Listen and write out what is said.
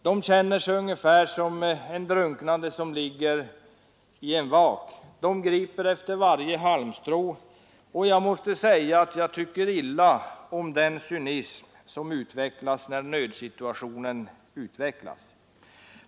De känner sig ungefär som en drunknande som ligger i en vak och griper efter varje halmstrå. Jag måste säga att jag tycker illa om den cynism som utvecklas när nödsituationen utnyttjas.